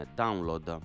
download